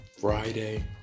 Friday